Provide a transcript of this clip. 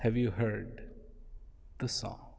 have you heard the song